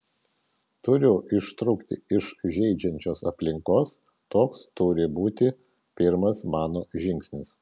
turiu ištrūkti iš žeidžiančios aplinkos toks turi būti pirmas mano žingsnis